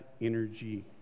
energy